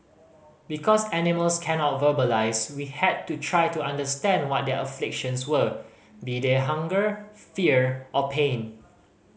because animals cannot verbalise we had to try to understand what their afflictions were be they hunger fear or pain